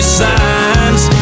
signs